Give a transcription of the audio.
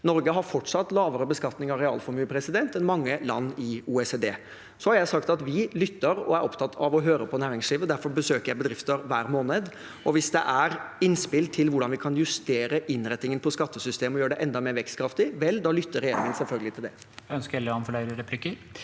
Norge har fortsatt lavere beskatning av realformue enn mange land i OECD. Jeg har sagt at vi lytter og er opptatt av å høre på næringslivet. Derfor besøker jeg bedrifter hver måned, og hvis det er innspill til hvordan vi kan justere innretningen på skattesystemet og gjøre det enda mer vekstkraftig – vel, da lytter regjeringen selvfølgelig til det.